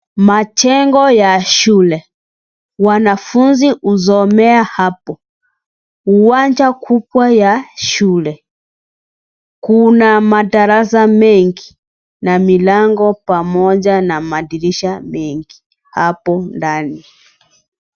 Majengo ya shule. Wanafunzi husomea hapo. Uwanja kubwa ya shule. Kuna madarasa mengi, na milango pamoja na madirisha mengi, hapo ndani.